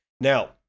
Now